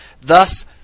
Thus